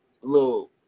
little